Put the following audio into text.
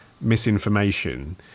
misinformation